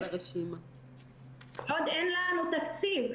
עוד אין לנו תקציב.